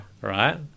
Right